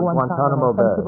guantanamo bay.